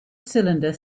cylinder